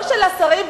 לא של השרים,